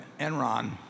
Enron